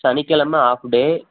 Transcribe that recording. சனிக்கெழமை ஹாஃப் டே